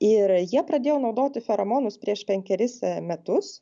ir jie pradėjo naudoti feromonus prieš penkeris metus